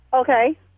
Okay